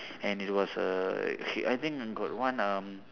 and he was err he I think got one um